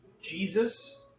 Jesus